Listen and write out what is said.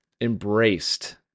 embraced